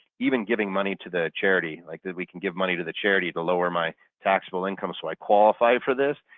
even giving money to the charity, like that we can give money to the charity to lower my taxable income so i qualify for this,